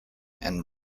and